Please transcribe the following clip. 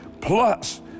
plus